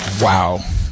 Wow